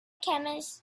chemist